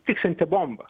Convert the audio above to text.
tiksinti bomba